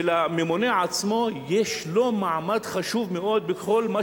שלממונה עצמו יש מעמד חשוב מאוד בכל מה